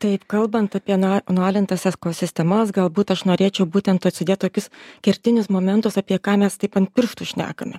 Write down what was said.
taip kalbant apie na nualintas ekosistemas galbūt aš norėčiau būtent atsidėt tokius kertinius momentus apie ką mes taip ant pirštų šnekame